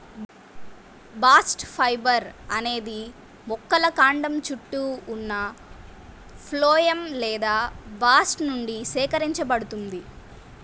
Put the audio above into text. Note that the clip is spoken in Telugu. బాస్ట్ ఫైబర్ అనేది మొక్కల కాండం చుట్టూ ఉన్న ఫ్లోయమ్ లేదా బాస్ట్ నుండి సేకరించబడుతుంది